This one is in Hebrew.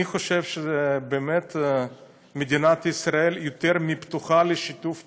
אני חושב שמדינת ישראל באמת יותר מפתוחה לשיתוף פעולה.